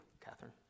Catherine